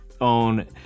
own